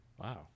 Wow